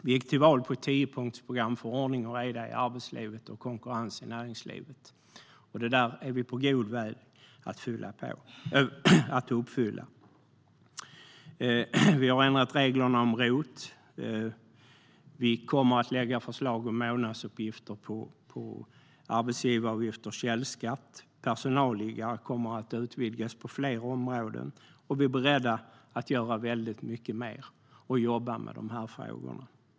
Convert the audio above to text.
Vi gick till val på ett tiopunktsprogram för ordning och reda i arbetslivet och konkurrens i näringslivet. Det är vi på god väg att uppfylla. Vi har ändrat reglerna för ROT-avdrag. Vi kommer att lägga fram förslag om månadsuppgifter i fråga om arbetsgivaravgifter och källskatt. Personalliggare kommer att utvidgas till fler områden. Och vi är beredda att göra mycket mer och jobba med dessa frågor.